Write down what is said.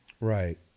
Right